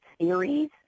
series